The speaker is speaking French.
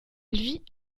vit